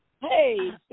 Hey